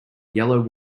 yellow